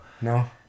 No